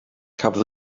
cafodd